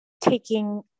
taking